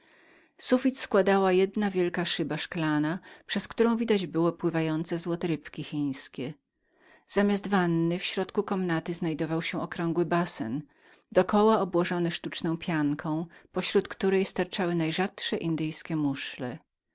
sufit składała jedna wielka szyba szklanna przez którą widać było pływające złocone rybki chińskie zamiast wanny we środku wprawiony był wyżłobiony płyt marmurowy do koła obłożony sztucznym mchem pośród którego sterczały najrzadsze indyjskie muszle